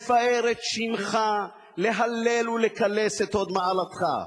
לפאר את שמך, להלל ולקלס את הוד מעלתך.